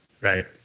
Right